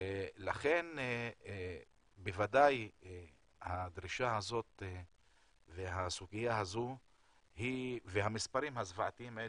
בוודאי הדרישה הזאת והסוגיה הזו והמספרים הזוועתיים האלה,